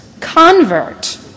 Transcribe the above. convert